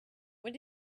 when